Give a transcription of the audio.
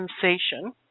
sensation